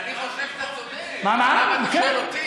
אני חושב שאתה צודק, למה אתה שואל אותי?